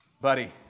buddy